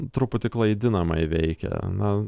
truputį klaidinamai veikė na